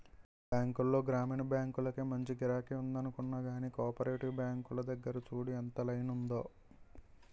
బాంకుల్లో గ్రామీణ బాంకులకే మంచి గిరాకి ఉందనుకున్నా గానీ, కోపరేటివ్ బాంకుల దగ్గర చూడు ఎంత లైనుందో?